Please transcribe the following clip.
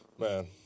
Man